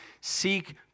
Seek